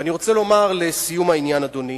ואני רוצה לומר לסיום העניין, אדוני,